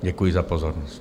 Děkuji za pozornost.